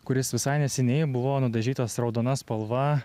kuris visai neseniai buvo nudažytas raudona spalva